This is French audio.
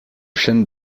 chêne